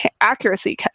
accuracy